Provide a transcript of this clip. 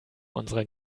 unserer